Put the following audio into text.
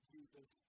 Jesus